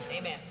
Amen